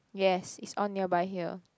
yes it's all nearby here